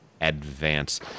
advance